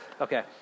okay